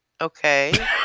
Okay